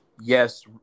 yes